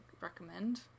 recommend